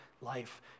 life